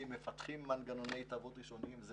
מפתחים מנגנוני התערבות ראשוניים ומיידיים.